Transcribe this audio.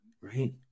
right